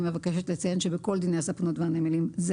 אני מבקשת לציין שבכל דיני הספנות והנמלים זה